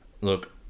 look